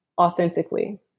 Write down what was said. authentically